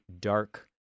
dark